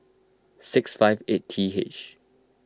six five eight T H